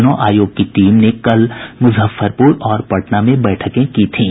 चुनाव आयोग की टीम ने कल मुजफ्फरपुर और पटना में बैठकें की थीं